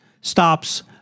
stops